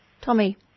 Tommy